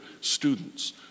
students